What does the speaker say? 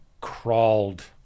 crawled